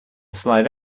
slide